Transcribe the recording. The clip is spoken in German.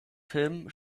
film